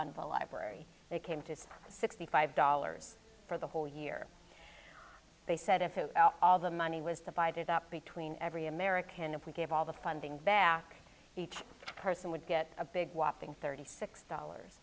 a library they came to say sixty five dollars for the whole year they said if all the money was divided up between every american if we gave all the funding back each person would get a big whopping thirty six dollars